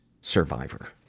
survivor